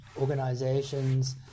organizations